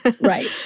Right